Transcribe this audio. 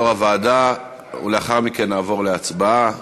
יושב-ראש הוועדה, ולאחר מכן נעבור להצבעה.